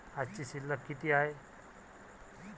आजची शिल्लक किती हाय?